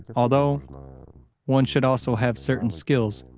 although one should also have certain skills,